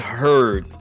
heard